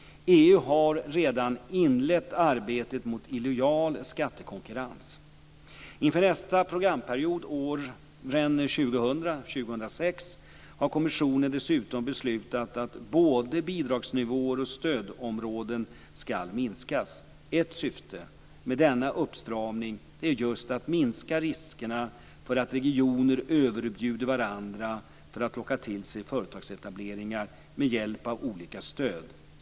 EU har redan inlett arbetet mot illojal skattekonkurrens. Inför nästa programperiod, åren 2000-2006, har kommissionen dessutom beslutat att både bidragsnivåer och stödområden skall minskas. Ett syfte med denna uppstramning är just att minska riskerna för att regioner överbjuder varandra för att locka till sig företagsetableringar med hjälp av olika stöd.